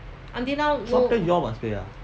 swab test you all must pay ah